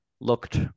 looked